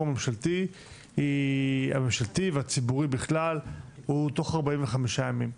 הממשלתי והציבורי בכלל הוא תוך 45 ימים.